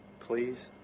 please?